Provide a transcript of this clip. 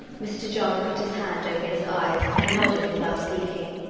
mr. john put his hand over his eyes and nodded without speaking.